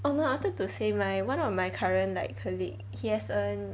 oh no I wanted to say my [one] of my current like colleague he has a